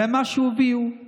זה מה שהביאו לממשלה.